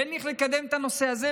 ואין לי איך לקדם את הנושא הזה,